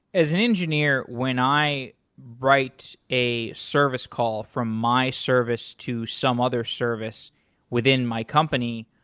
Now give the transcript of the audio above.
as an engineer, when i write a service call from my service to some other service within my company,